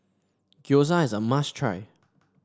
Gyoza is a must try